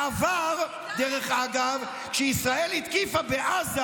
בעבר, דרך אגב, כשישראל התקיפה בעזה,